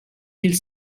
mille